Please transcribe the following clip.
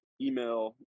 email